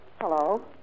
Hello